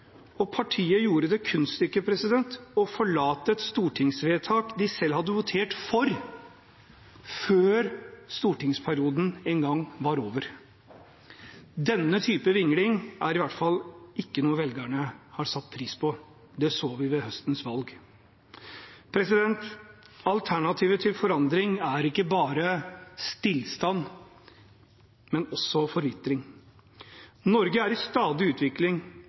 og partiet gjorde det kunststykket å forlate et stortingsvedtak de selv hadde votert for, før stortingsperioden var over. Denne type vingling er i hvert fall ikke noe velgerne har satt pris på. Det så vi ved høstens valg. Alternativet til forandring er ikke bare stillstand, men også forvitring. Norge er i stadig utvikling,